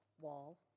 wall